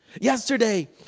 Yesterday